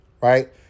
right